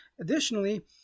Additionally